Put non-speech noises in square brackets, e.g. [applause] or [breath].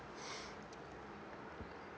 [breath]